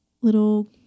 little